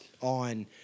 on